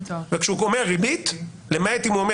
וכשהוא גומר ריבית למעט אם הוא אומר